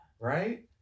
right